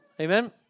Amen